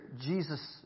Jesus